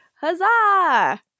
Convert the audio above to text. Huzzah